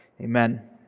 amen